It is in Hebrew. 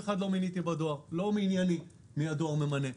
לא מענייני מי הדואר ממנה,